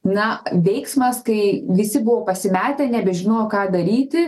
na veiksmas kai visi buvo pasimetę nebežinojo ką daryti